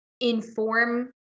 inform